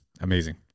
amazing